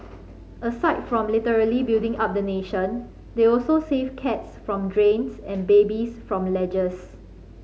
aside from literally building up the nation they also save cats from drains and babies from ledges